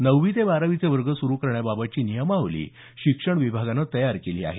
नववी ते बारावीचे वर्ग सुरू करण्याबाबतची नियमावली शिक्षण विभागाने तयार केली आहे